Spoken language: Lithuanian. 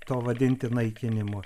to vadinti naikinimu